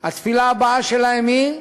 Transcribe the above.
התפילה הבאה שלהם היא: